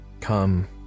come